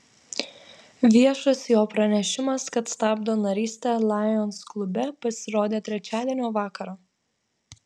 viešas jo pranešimas kad stabdo narystę lions klube pasirodė trečiadienio vakarą